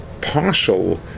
partial